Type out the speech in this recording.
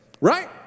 right